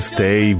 Stay